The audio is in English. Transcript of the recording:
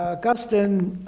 ah guston.